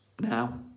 now